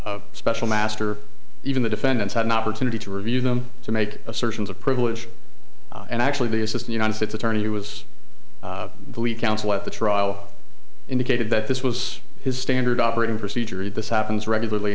other special master even the defendants had an opportunity to review them to make assertions of privilege and actually this is the united states attorney who was the lead counsel at the trial indicated that this was his standard operating procedure and this happens regularly